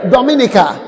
Dominica